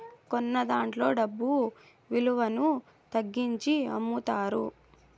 కొన్నదాంట్లో డబ్బు విలువను తగ్గించి అమ్ముతారు